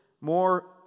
More